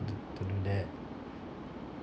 do to do that